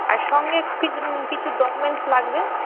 আর সঙ্গে কি কিছু ডকুমেন্টস লাগবে